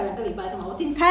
actually 我我